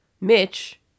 Mitch